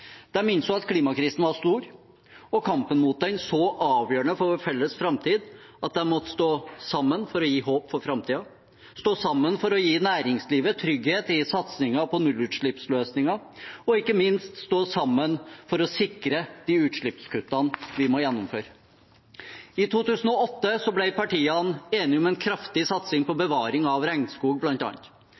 og ikke minst stå sammen for å sikre de utslippskuttene vi må gjennomføre. I 2008 ble partiene bl.a. enige om en kraftig satsing for bevaring av regnskog.